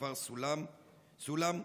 מהכפר סולם,